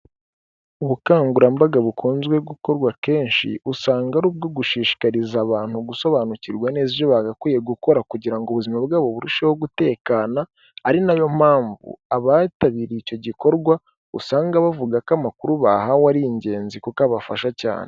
Ubukangurambaga bukunzwe gukorwa akenshi, usanga ari ubwo gushishikariza abantu gusobanukirwa neza ibyo bagakwiye gukora kugira ngo ubuzima bwabo burusheho gutekana, ari na yo mpamvu abitabiriye icyo gikorwa, usanga bavuga ko amakuru bahawe ari ingenzi kuko abafasha cyane.